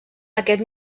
aquest